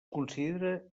considera